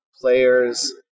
players